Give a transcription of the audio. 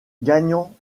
gagnant